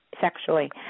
sexually